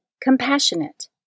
compassionate